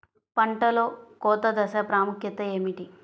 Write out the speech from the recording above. పంటలో కోత దశ ప్రాముఖ్యత ఏమిటి?